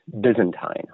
Byzantine